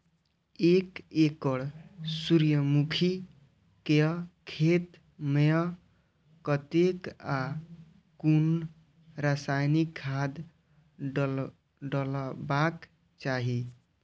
एक एकड़ सूर्यमुखी केय खेत मेय कतेक आ कुन रासायनिक खाद डलबाक चाहि?